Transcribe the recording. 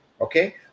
Okay